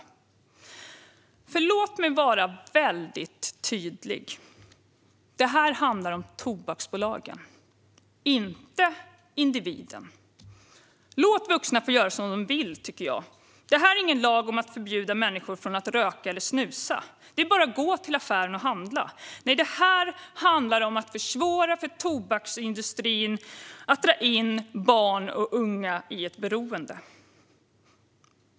Låt mig vara väldigt tydlig! Det här handlar om tobaksbolagen, inte individen. Låt vuxna få göra som de vill! Det här är ingen lag som handlar om att förbjuda människor att röka eller snusa. Det är bara att gå till affären och handla. Nej, det här handlar om att försvåra för tobaksindustrin att dra in barn och unga i ett beroende.